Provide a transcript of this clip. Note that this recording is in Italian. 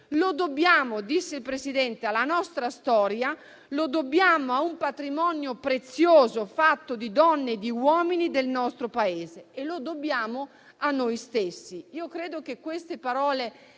Lo dobbiamo» disse il Presidente «alla nostra storia, lo dobbiamo a un patrimonio prezioso fatto di donne e di uomini del nostro Paese. Lo dobbiamo a noi stessi». Io credo che queste parole